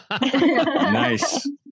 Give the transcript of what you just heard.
Nice